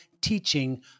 teaching